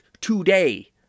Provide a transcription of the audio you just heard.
today